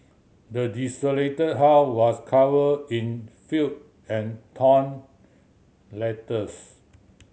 the desolated house was covered in filth and torn letters